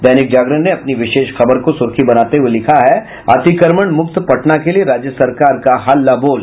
दैनिक जागरण ने अपनी विशेष खबर को सुर्खी बनाते हुये लिखा है अतिक्रमण मुक्त पटना के लिये राज्य सरकार का हल्ला बोल